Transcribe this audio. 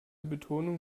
betonung